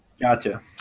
Gotcha